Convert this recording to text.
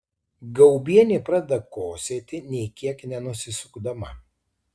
gaubienė pradeda kosėti nė kiek nenusisukdama